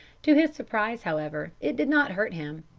to his surprise, however, it did not hurt him,